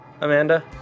amanda